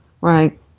Right